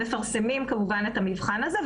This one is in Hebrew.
מפרסמים כמובן את המבחן הזה,